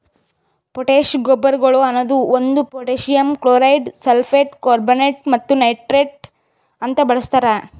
potash ಗೊಬ್ಬರಗೊಳ್ ಅನದು ಒಂದು ಪೊಟ್ಯಾಸಿಯಮ್ ಕ್ಲೋರೈಡ್, ಸಲ್ಫೇಟ್, ಕಾರ್ಬೋನೇಟ್ ಮತ್ತ ನೈಟ್ರೇಟ್ ಅಂತ ಬಳಸ್ತಾರ್